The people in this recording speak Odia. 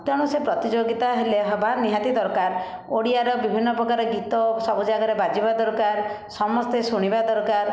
ତେଣୁ ସେ ପ୍ରତିଯୋଗିତା ହେଲେ ହବା ନିହାତି ଦରକାର ଓଡ଼ିଆର ବିଭିନ୍ନ ପ୍ରକାର ଗୀତ ସବୁ ଜାଗାରେ ବାଜିବା ଦରକାର ସମସ୍ତେ ଶୁଣିବା ଦରକାର